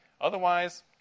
Otherwise